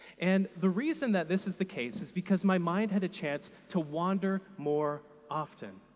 and the reason that this is the case is because my mind had a chance to wander more often.